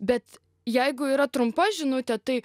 bet jeigu yra trumpa žinutė tai